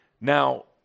Now